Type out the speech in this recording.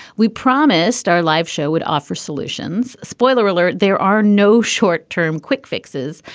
we promised our live show would offer solutions. spoiler alert there are no short term quick fixes,